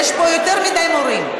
יש פה יותר מדי מורים.